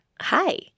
Hi